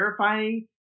terrifying